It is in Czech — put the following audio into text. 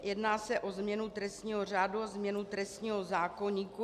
Jedná se o změnu trestního řádu a o změnu trestního zákoníku.